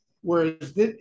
Whereas